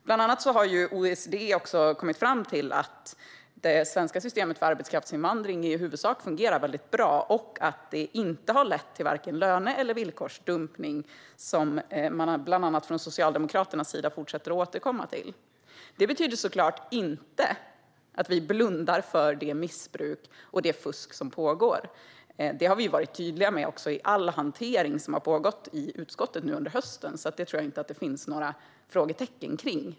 OECD har kommit fram till att det svenska systemet för arbetskraftsinvandring i huvudsak fungerar bra och att det inte har lett till vare sig löne eller villkorsdumpning, något som bland annat Socialdemokraterna fortsätter att återkomma till. Det betyder såklart inte att vi blundar för det missbruk och fusk som pågår. Det har vi också varit tydliga med i all hantering som har pågått i utskottet under hösten, så det tror jag inte att det finns några frågetecken kring.